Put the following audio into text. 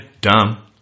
dumb